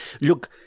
Look